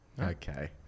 Okay